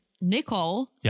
Nicole